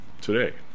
today